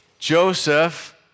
Joseph